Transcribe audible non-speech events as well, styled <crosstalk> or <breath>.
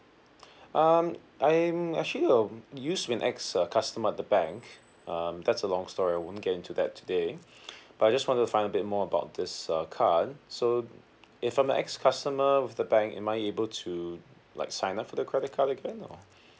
um I'm actually um used to be an ex uh customer at the bank um that's a long story I wouldn't get into that today <breath> but I just wanted to find a bit more about this uh card so if I'm a ex customer with the bank am I able to like sign up for the credit card again or